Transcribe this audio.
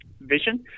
vision